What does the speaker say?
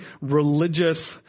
religious